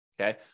Okay